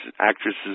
actresses